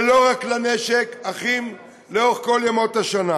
ולא רק לנשק, אחים לאורך כל ימות השנה.